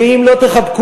ואם לא תחבקו,